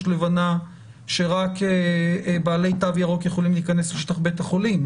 לבנה שרק בעלי תו ירוק יכולים להיכנס לשטח בית החולים.